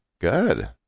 Good